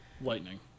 lightning